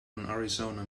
arizona